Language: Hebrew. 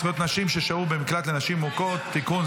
(זכויות נשים ששהו במקלט לנשים מוכות) (תיקון,